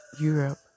Europe